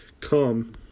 come